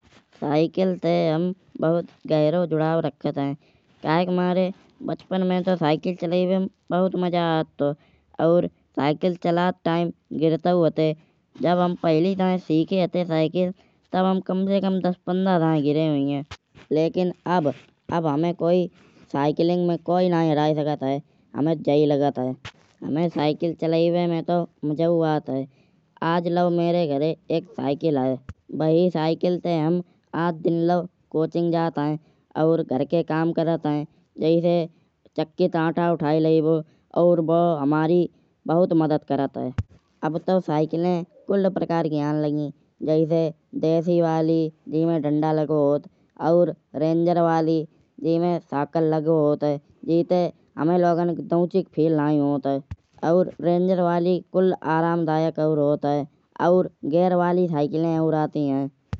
साइकिल ते हम बहुत गहीरो जुड़ाव राखत है। काहे के मारे बचपन में तो सायकल चलाएबे मा बहुत मजा आत तो। और साइकिल चलात टाइम गिरतौ हते। जब हम पहली दांये सीखे हते सायकल। तब हम कम से कम दस पंद्रह साल के रहे हुहिए। लेकिन अब अब हमाए सायकिलिंग में कोई नयी हराए सकत है। हमाए जाई लागत है। हमाए साइकिल चलाएबे मा तो मजाऊ आत है। आज लाओ मेरे घराए एक सायकल है। बही सायकल ते हम आज दिन लाओ कोचिंग जात है। और घर के काम करत है। जैसे चक्की ते आटा उठाए लईबो। और बो हमारी बहुत मदद करत है। अब तो साइकलाई कुल्ल प्रकार की आन लगी। जैसे देसी वाली जिसमें डांडा लागो होत। और रंजर वाली जिसमें सॉकर लागो होत है। जीते हमाए लोगन को दौचि को फील नाई होत है। और रंजर वाली कुल्ल आरामदयक और होत है। और गियर वाली साइकलाई और आती है।